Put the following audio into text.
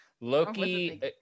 loki